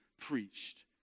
preached